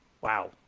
wow